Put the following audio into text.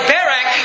Barak